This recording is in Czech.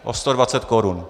O 120 korun.